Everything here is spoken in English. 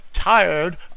tired